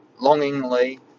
longingly